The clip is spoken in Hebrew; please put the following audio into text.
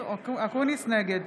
נגד